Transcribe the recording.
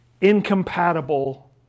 incompatible